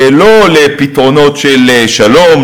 לא לפתרונות של שלום,